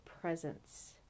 presence